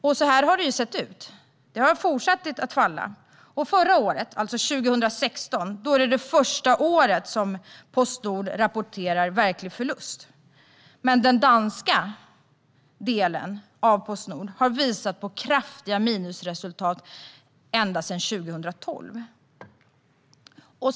Och så här har det sett ut; det har fortsatt att falla. Förra året, 2016, var det första år som Postnord rapporterade verklig förlust. Men den danska delen av Postnord har visat på kraftiga minusresultat ända sedan 2012.